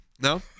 no